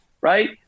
right